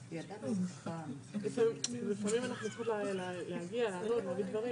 קצר מאוד כי אנחנו כבר גוזלים את זמנו של יושב-ראש ועדת המשנה.